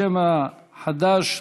בשם חד"ש,